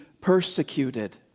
persecuted